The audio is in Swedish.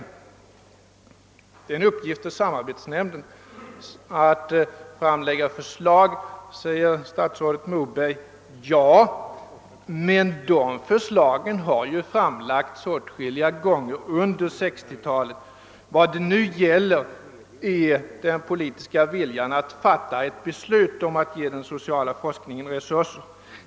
Samarbetsnämnden för socialhögskolorna har nu till uppgift att framlägga förslag, säger statsrådet Moberg. Ja, men sådana förslag har ju redan framlagts åtskilliga gånger under 1960-talet. Vad det nu gäller är den politiska viljan att fatta ett beslut om att ge den sociala forskningen resurser.